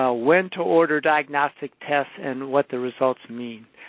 ah when to order diagnostic tests, and what the results mean.